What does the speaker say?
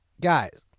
guys